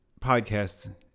podcast